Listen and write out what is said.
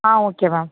ah okay ma'am